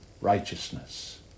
righteousness